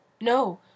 no